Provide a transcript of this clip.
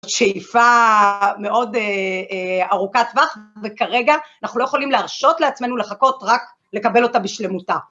שאיפה מאוד ארוכת טווח וכרגע אנחנו לא יכולים להרשות לעצמנו לחכות רק לקבל אותה בשלמותה.